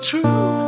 true